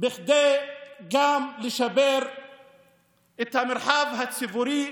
כדי לשפר גם את המרחב הציבורי,